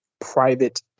private